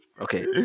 Okay